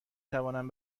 توانم